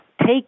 take